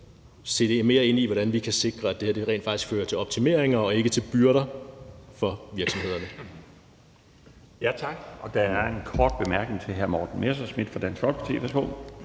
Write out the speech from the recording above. lidt mere ind i, hvordan vi kan sikre, at det her rent faktisk fører til optimeringer og ikke til byrder for virksomhederne. Kl. 16:03 Den fg. formand (Bjarne Laustsen): Tak. Der er en kort bemærkning til hr. Morten Messerschmidt fra Dansk Folkeparti.